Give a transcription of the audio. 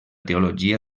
teologia